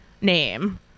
name